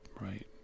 Right